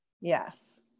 Yes